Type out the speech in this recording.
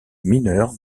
mineure